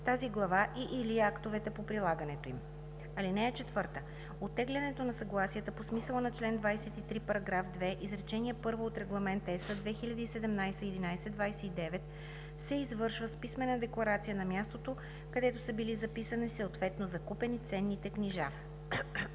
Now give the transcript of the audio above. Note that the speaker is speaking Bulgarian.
тази глава и/или актовете по прилагането им. (4) Оттеглянето на съгласията по смисъла на чл. 23, параграф 2, изречение първо от Регламент (EС) 2017/1129 се извършва с писмена декларация на мястото, където са били записани, съответно закупени, ценните книжа.